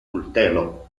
cultello